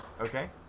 Okay